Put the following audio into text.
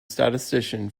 statistician